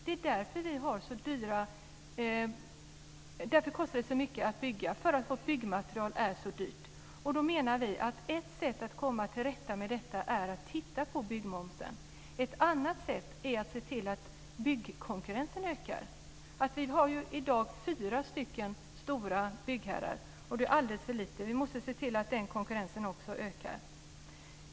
Det är därför det kostar så mycket att bygga, dvs. vårt byggmaterial är så dyrt. Vi menar att ett sätt att komma till rätta med detta är att titta på byggmomsen. Ett annat sätt är att se till att byggkonkurrensen ökar. Vi har i dag fyra stora byggherrar, och det är alldeles för lite. Vi måste se till att den konkurrensen också ökar.